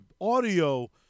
audio